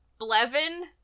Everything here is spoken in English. Blevin